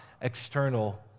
external